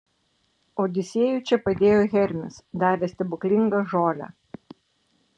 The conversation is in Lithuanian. odisėjui čia padėjo hermis davęs stebuklingą žolę